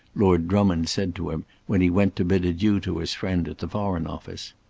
lord drummond said to him when he went to bid adieu to his friend at the foreign office.